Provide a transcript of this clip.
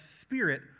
Spirit